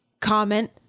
comment